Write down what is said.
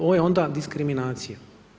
Ovo je onda diskriminacije.